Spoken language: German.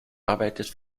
arbeitet